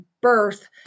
birth